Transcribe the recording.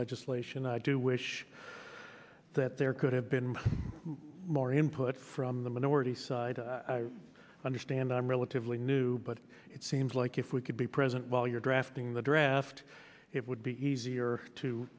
legislation i do wish that there could have been more him put from the minority side i understand i'm relatively new but it seems like if we could be present while you're drafting the draft it would be easier to